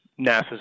NASA's